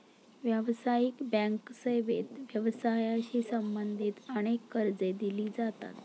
व्यावसायिक बँक सेवेत व्यवसायाशी संबंधित अनेक कर्जे दिली जातात